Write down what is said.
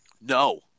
No